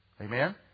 Amen